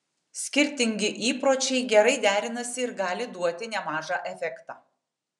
skirtingi įpročiai gerai derinasi ir gali duoti nemažą efektą